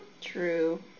True